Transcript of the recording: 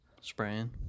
Spraying